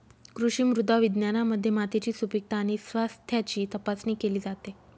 कृषी मृदा विज्ञानामध्ये मातीची सुपीकता आणि स्वास्थ्याची तपासणी केली जाते